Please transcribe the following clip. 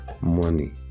money